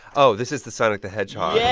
oh, this is the sonic the hedgehog. yeah